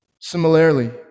Similarly